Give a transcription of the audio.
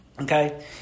okay